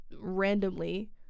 randomly